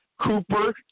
Cooper